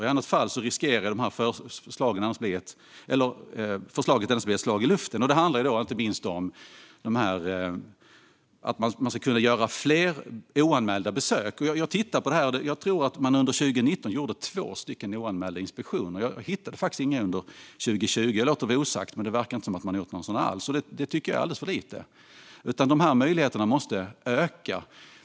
I annat fall riskerar förslaget att bli ett slag i luften. Det handlar inte minst om att göra fler oanmälda besök. Jag har tittat på denna fråga. Under 2019 gjorde man två oanmälda inspektioner. Jag hittade faktiskt inga under 2020. Jag låter det vara osagt, men det verkar som att man inte gjorde några alls. Det är alldeles för lite. Dessa möjligheter måste öka.